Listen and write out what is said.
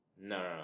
no